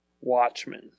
Watchmen